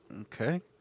Okay